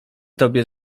tobie